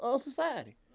society